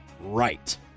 right